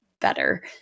better